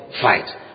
fight